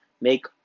make